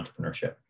entrepreneurship